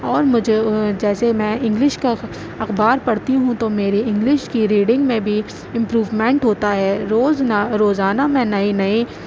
اور مجھے جیسے میں انگلش کا اخبار پڑھتی ہوں تو میری انگلش کی ریڈنگ میں بھی امپروومینٹ ہوتا ہے روزانہ روزانہ میں نئی نئی